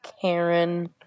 Karen